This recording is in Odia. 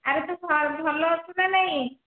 ଆରେ ତୁ ଭଲ ଅଛୁ ନା ନାଇଁ